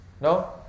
No